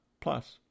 Plus